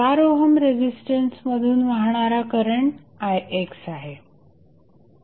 4 ohm resistance मधून वाहणारा current ixआहे